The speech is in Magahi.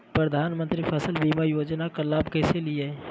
प्रधानमंत्री फसल बीमा योजना का लाभ कैसे लिये?